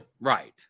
Right